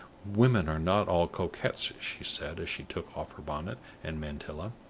women are not all coquettes, she said, as she took off her bonnet and mantilla,